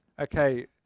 Okay